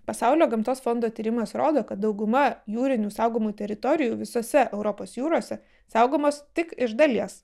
pasaulio gamtos fondo tyrimas rodo kad dauguma jūrinių saugomų teritorijų visose europos jūrose saugomos tik iš dalies